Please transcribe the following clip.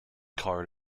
card